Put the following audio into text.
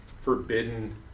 forbidden